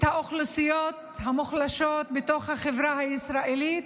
האוכלוסיות המוחלשות בתוך החברה הישראלית,